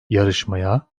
yarışmaya